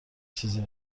چیزی